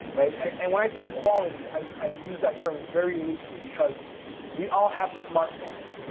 right? and when i say quality, i use that term very loosely because we all have smartphones.